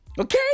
Okay